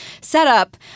setup